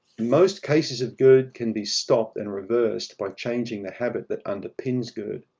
most cases of gerd can be stopped and reversed by changing the habit that underpins gerd.